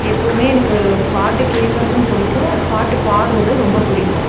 எப்போவுமே எனக்கு பாட்டு கேட்கறதும் பிடிக்கும் பாட்டு பாடுறதும் ரொம்ப பிடிக்கும்